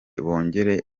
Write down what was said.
bongere